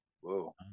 Whoa